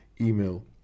email